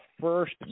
first